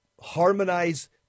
harmonize